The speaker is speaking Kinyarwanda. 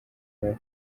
nayo